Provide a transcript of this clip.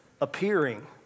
appearing